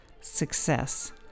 success